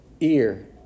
ear